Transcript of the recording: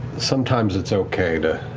sometimes it's okay to